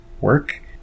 work